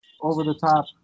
over-the-top